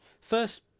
first